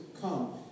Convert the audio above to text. come